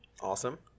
Awesome